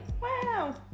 wow